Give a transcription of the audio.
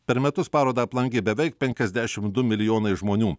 per metus parodą aplankė beveik penkiasdešimt du milijonai žmonių